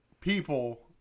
people